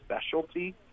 specialty